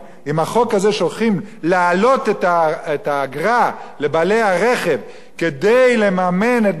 שהולכים להעלות את האגרה לבעלי הרכב כדי לממן את בעלי הטלוויזיות,